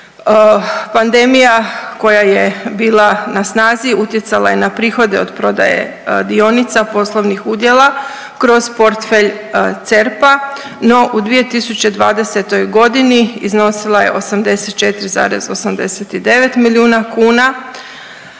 pandemija koja je bila na snazi utjecala je na prihode od prodaje dionica, poslovnih udjela kroz portfelj CERP-a. No u 2020. godini iznosila je 84,89 milijuna kuna